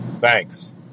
Thanks